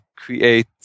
create